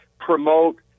promote